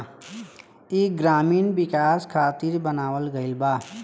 ई ग्रामीण विकाश खातिर बनावल गईल बा